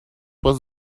was